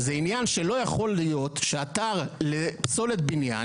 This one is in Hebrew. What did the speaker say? זה עניין שלא יכול להיות שאתר לפסולת בניין